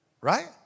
Right